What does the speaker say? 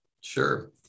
Sure